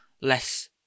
less